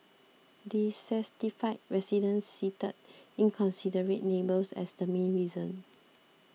dissatisfied residents cited inconsiderate neighbours as the main reason